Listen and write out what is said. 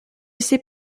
sait